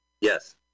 Yes